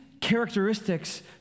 characteristics